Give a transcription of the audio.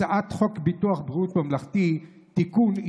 הצעת חוק ביטוח בריאות ממלכתי (תיקון,